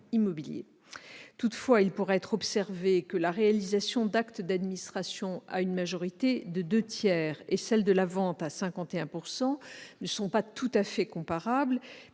Toutefois, il pourra être observé que la réalisation d'actes d'administration, à une majorité des deux tiers, et celle de la vente, à une majorité de 51 %, ne sont pas tout à fait comparables